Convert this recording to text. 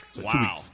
Wow